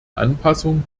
anpassung